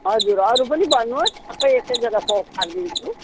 हजुर अरू पनि भन्नुहोस् सबै एकै जग्गा पोको पारिदिन्छु